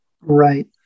Right